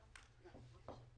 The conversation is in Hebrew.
עוד מספר פרויקטים.